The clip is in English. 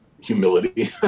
humility